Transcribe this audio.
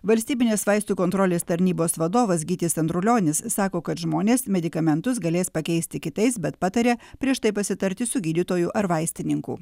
valstybinės vaistų kontrolės tarnybos vadovas gytis andrulionis sako kad žmonės medikamentus galės pakeisti kitais bet patarė prieš tai pasitarti su gydytoju ar vaistininku